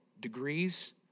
degrees